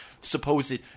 supposed